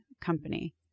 company